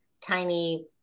tiny